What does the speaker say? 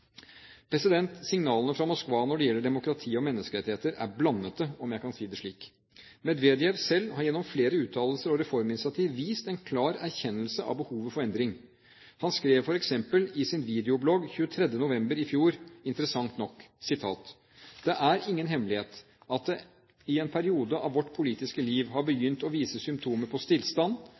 Signalene fra Moskva når det gjelder demokrati og menneskerettigheter, er blandede, om jeg kan si det slik. Medvedev selv har gjennom flere uttalelser og reforminitiativ vist en klar erkjennelse av behovet for endring. Han sa f.eks. i sin videoblogg 23. november i fjor interessant nok: «Det er ingen hemmelighet at det i en periode av vårt politiske liv har begynt å vises symptomer på